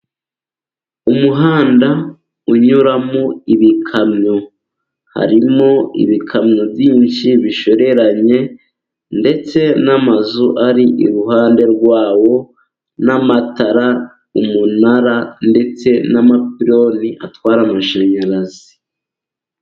Umuhanda unyuramo ibikamyo. Harimo ibikamyo byinshi bishoreranye, ndetse n'amazu ari iruhande rwawo n'amatara, umunara ndetse n'amapironi atwara amashanyarazi.